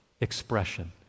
expression